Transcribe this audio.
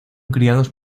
criados